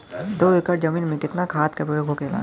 दो एकड़ जमीन में कितना खाद के प्रयोग होखेला?